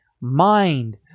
mind